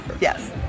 Yes